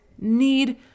need